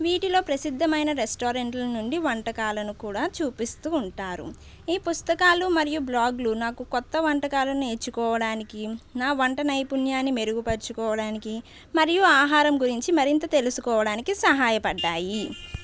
వీటిలో ప్రసిద్ధమైన రెస్టారెంట్ల నుండి వంటకాలను కూడా చూపిస్తూ ఉంటారు ఈ పుస్తకాలు మరియు బ్లాగ్లు నాకు కొత్త వంటకాలు నేర్చుకోవడానికి నా వంట నైపుణ్యాన్ని మెరుగుపరచుకోవడానికి మరియు ఆహారం గురించి మరింత తెలుసుకోవడానికి సహాయపడ్డాయి